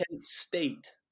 State